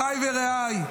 אחיי ורעיי,